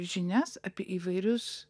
žinias apie įvairius